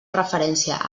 referència